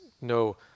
no